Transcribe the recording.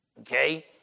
okay